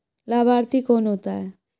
लाभार्थी कौन होता है?